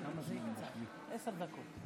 עשר דקות,